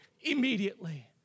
immediately